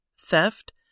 theft